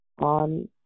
on